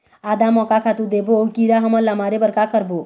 आदा म का खातू देबो अऊ कीरा हमन ला मारे बर का करबो?